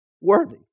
worthy